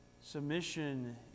Submission